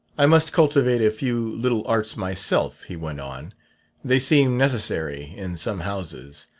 i must cultivate a few little arts myself he went on they seem necessary in some houses.